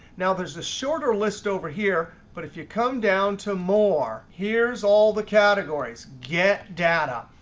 now there's a shorter list over here. but if you come down to more, here's all the categories, get data,